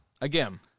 Again